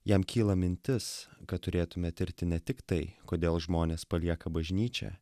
jam kyla mintis kad turėtumėme tirti ne tik tai kodėl žmonės palieka bažnyčią